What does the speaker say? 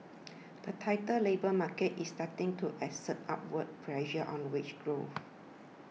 the tighter labour market is starting to exert upward pressure on wage growth